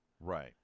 Right